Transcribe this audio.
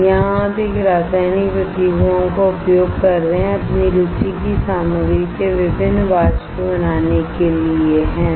यहाँ आप एक रासायनिक प्रतिक्रियाओं का उपयोग कर रहे हैं अपनी रुचि की सामग्री के विभिन्न वाष्प बनाने के लिए है ना